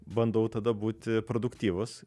bandau tada būti produktyvūs